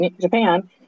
Japan